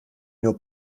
nur